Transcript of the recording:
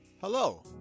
Hello